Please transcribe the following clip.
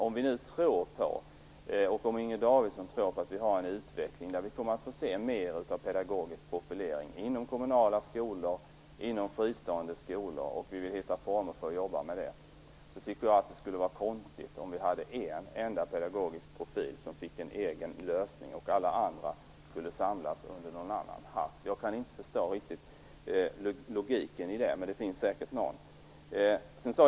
Om vi nu tror på, och om också Inger Davidson tror på, att vi har en utveckling som gör att vi kommer att få se mer av pedagogisk profilering inom kommunala skolor och inom fristående skolor, och om vi vill hitta former för att jobba med det, tycker jag att det skulle vara konstigt om vi hade en enda pedagogisk profil som fick en egen lösning - alla andra skulle samlas under någon annan hatt. Jag kan inte riktigt förstå logiken i det, men det finns säkert någon.